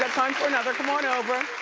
time for another, come on over.